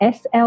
SL